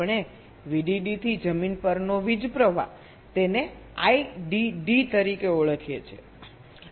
આપણે વીડીડીથી જમીન પરનો વીજ પ્રવાહ તેને આઈડીડી તરીકે ઓળખીએ છીએ